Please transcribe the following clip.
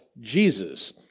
Jesus